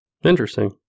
Interesting